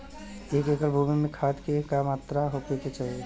एक एकड़ भूमि में खाद के का मात्रा का होखे के चाही?